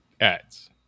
ads